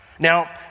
Now